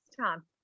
tom